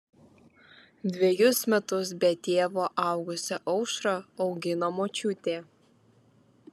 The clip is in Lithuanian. dvejus metus be tėvo augusią aušrą augino močiutė